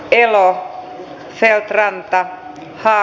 ero on se että länttä ja